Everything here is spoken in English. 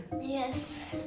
Yes